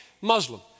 Muslim